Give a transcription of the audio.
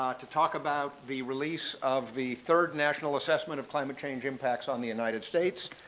um to talk about the release of the third national assessment of climate change impacts on the united states.